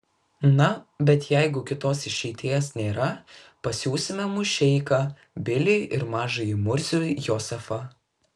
na bet jeigu kitos išeities nėra pasiųsime mušeiką bilį ir mažąjį murzių jozefą